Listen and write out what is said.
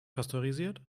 pasteurisiert